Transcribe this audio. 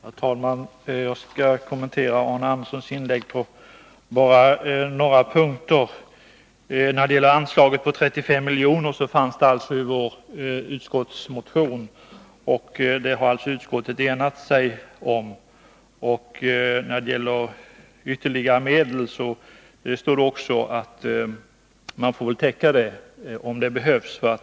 Herr talman! Jag skall kommentera Arne Anderssons i Gustafs inlägg bara på några punkter. När det gäller anslaget på 35 miljoner fanns det alltså i vår motion, och det har utskottet enat sig om. När det gäller ytterligare medel står det också att man får täcka detta om det behövs.